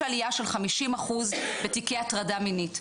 יש עלייה של 50 אחוז בתיקי הטרדה מינית,